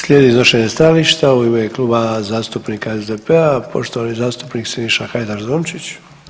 Slijedi iznošenje stajališta u ime Kluba zastupnika SDP-a, poštovani zastupnik Siniša Hajdaš DOnčić.